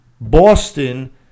Boston